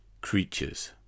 Creatures